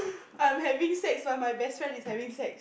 I'm having sex while my best friend is having sex